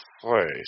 place